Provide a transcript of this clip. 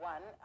One